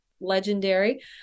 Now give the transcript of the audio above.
legendary